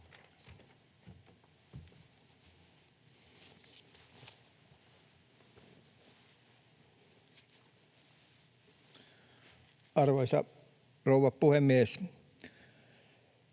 Arvoisa rouva puhemies!